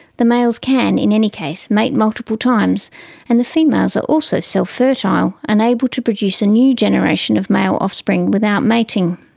the males can, in any case, mate multiple times and the females are also self-fertile and able to produce a new generation of male offspring without mating.